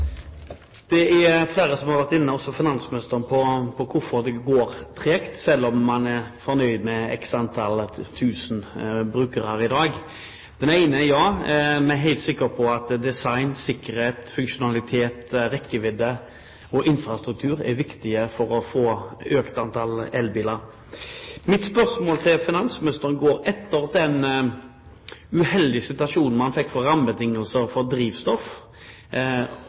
Det er flere som har vært inne på, også finansministeren, hvorfor det går tregt, selv om man er fornøyd med x antall tusen brukere i dag. Og ja, vi er helt sikre på at design, sikkerhet, funksjonalitet, rekkevidde og infrastruktur er viktig for å få økt antall elbiler. Mitt spørsmål til finansministeren er: Etter den uheldige situasjonen man fikk når det gjaldt rammebetingelser